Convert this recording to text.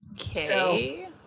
okay